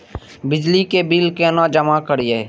बिजली के बिल केना जमा करिए?